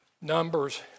Numbers